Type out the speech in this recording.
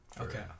Okay